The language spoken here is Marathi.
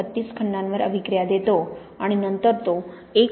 32 खंडांवर अभिक्रिया देतो आणि नंतर तो 1